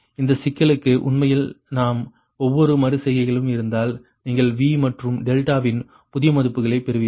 இந்தச் சிக்கலுக்கு உண்மையில் நாம் ஒவ்வொரு மறு செய்கையிலும் இருந்தால் நீங்கள் V மற்றும் டெல்டாவின் புதிய மதிப்புகளைப் பெறுவீர்கள்